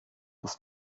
ist